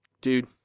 dude